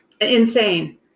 Insane